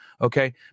okay